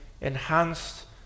enhanced